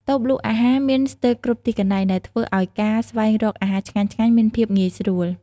តូបលក់អាហារមានស្ទើរគ្រប់ទីកន្លែង ដែលធ្វើឲ្យការស្វែងរកអាហារឆ្ងាញ់ៗមានភាពងាយស្រួល។